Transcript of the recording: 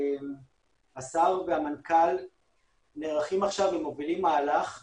השר והמנכ"ל נערכים עכשיו, הם מובילים מהלך שבו,